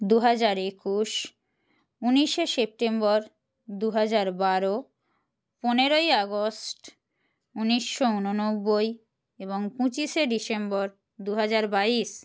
দু হাজার একুশ উনিশে সেপ্টেম্বর দু হাজার বারো পনেরোই আগস্ট উনিশশো উননব্বই এবং পঁচিশে ডিসেম্বর দু হাজার বাইশ